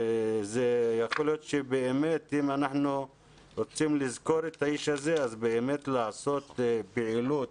אם אנחנו רוצים לזכור את האיש הזה אז באמת לעשות פעילות